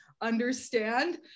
understand